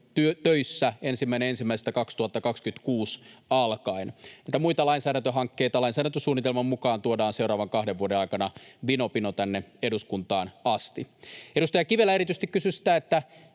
töissä 1.1.2026 alkaen. Niitä muita lainsäädäntöhankkeita lainsäädäntösuunnitelman mukaan tuodaan seuraavan kahden vuoden aikana vino pino tänne eduskuntaan asti. Edustaja Kivelä erityisesti kysyi sitä,